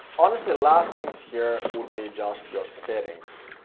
honestly last things here would be just your settings.